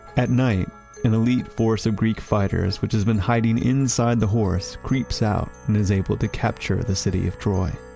at night an elite force of greek fighters, which has been hiding inside the horse, creeps out and is able to capture the city of troy.